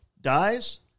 dies